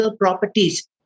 properties